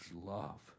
love